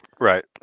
Right